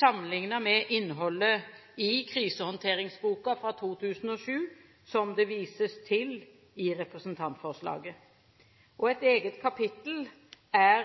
sammenlignet med innholdet i krisehåndteringsboka fra 2007, som det vises til i representantforslaget. Et eget kapittel er